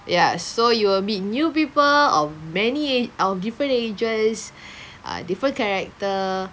ya so you will meet new people of many age~ of different ages uh different character